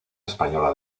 española